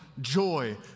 joy